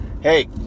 Hey